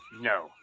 No